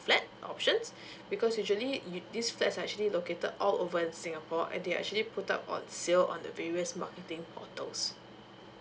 flat options because usually if this flat is actually located all over in singapore and they actually put up on sale on the various marketing portals